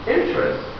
Interest